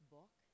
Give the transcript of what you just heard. Book